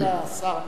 השלב